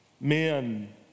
men